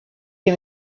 que